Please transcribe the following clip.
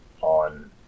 on